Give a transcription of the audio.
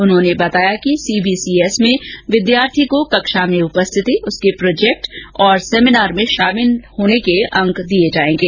उन्होंने बताया कि सीबीसीएस में विद्यार्थी को कक्षा में उपस्थिति उसके प्रोजेक्ट और सेमिनार में शामिल होने के भी नंबर दिए जाएंगे